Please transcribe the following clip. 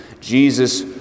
Jesus